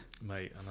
mate